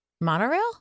Monorail